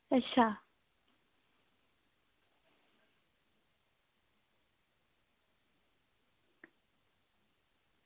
अच्छा